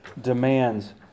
demands